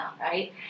right